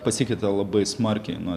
pasikeitė labai smarkiai nuo